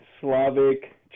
Slavic